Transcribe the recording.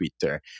Twitter